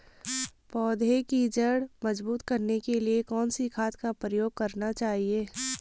पौधें की जड़ मजबूत करने के लिए कौन सी खाद का प्रयोग करना चाहिए?